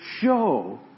show